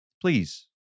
please